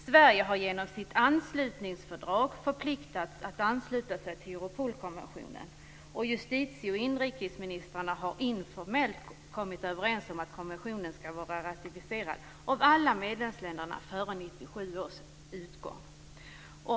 Sverige har genom sitt anslutningsfördrag förpliktigats att ansluta sig till Europolkonventionen, och justitie och inrikesministrarna har informellt kommit överens om att konventionen skall vara ratificerad av alla medlemsländerna före 1997 års utgång.